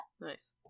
Nice